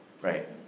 Right